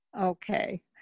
okay